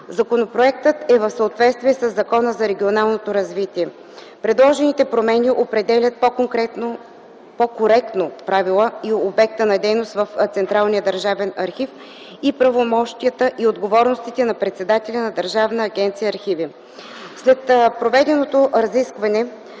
Законопроектът е в съответствие със Закона за регионалното развитие. Предложените промени определят по-коректно профила и обекта на дейност на Централния държавен архив и правомощията и отговорностите на председателя на Държавна агенция „Архиви”.